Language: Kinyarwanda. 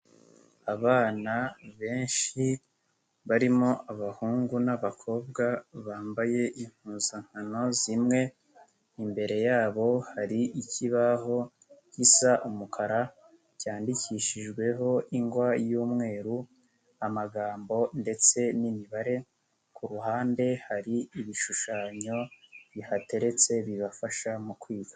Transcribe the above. Abana benshi barimo abahungu n'abakobwa bambaye impuzankano zimwe imbere yabo hari ikibaho gisa umukara cyandikishijweho ingwa y'umweru, amagambo ndetse n'imibare ku ruhande hari ibishushanyo bihateretse bibafasha mu kwiga.